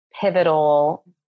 pivotal